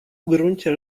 gruncie